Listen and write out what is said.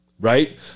right